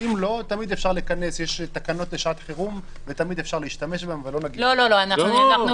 ובמקביל נותנים איזושהי החרגה גורפת מסגר למספר לא ידוע של